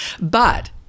But-